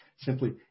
simply